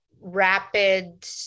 rapid